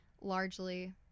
largely